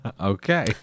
okay